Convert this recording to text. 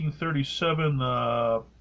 1937